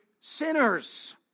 sinners